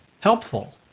helpful